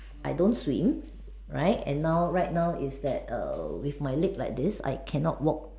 I don't swim right and now right now is that err with my leg like this I cannot walk